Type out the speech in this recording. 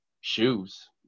shoes